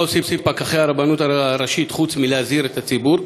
1. מה עושים פקחי הרבנות הראשית חוץ מלהזהיר את הציבור?